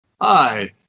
Hi